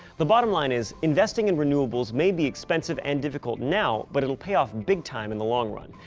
the bottom line is, investing in renewables may be expensive and difficult now, but it'll pay off big time in the long run.